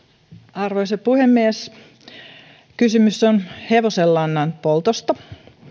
arvoisa puhemies kysymys on hevosenlannan poltosta